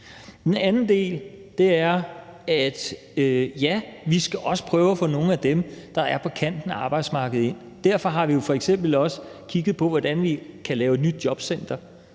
Den anden del er, at ja, vi skal også prøve at få nogle af dem, der er på kanten af arbejdsmarkedet, ind. Derfor har vi f.eks. også kigget på, hvordan vi kan lave et nyt jobcenter,